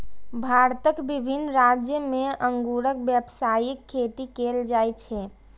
भारतक विभिन्न राज्य मे अंगूरक व्यावसायिक खेती कैल जाइ छै